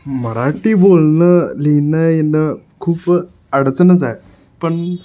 मराठी बोलणं लिहिणं येणं खूप अडचणच आहे पण